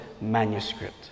manuscript